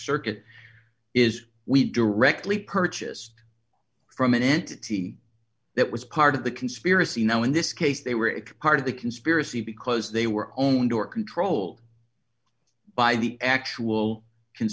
circuit is we directly purchased from an entity that was part of the conspiracy no in this case they were it part of the conspiracy because they were owned or controlled by the actual